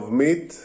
meat